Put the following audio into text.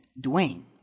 Dwayne